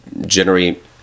generate